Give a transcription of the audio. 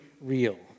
real